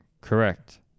Correct